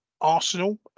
Arsenal